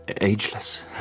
Ageless